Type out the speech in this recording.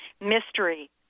mystery